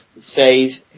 says